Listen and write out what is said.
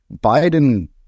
biden